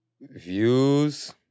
Views